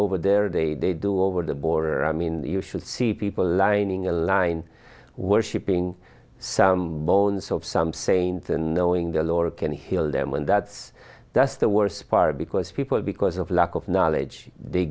over there they do over the border i mean you should see people lining a line worshipping some bones of some saints and knowing the lord can heal them and that's that's the worst part because people because of lack of knowledge they